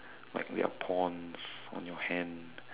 like we are pawns on your hand